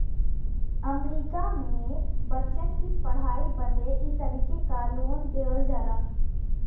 अमरीका मे बच्चन की पढ़ाई बदे ई तरीके क लोन देवल जाला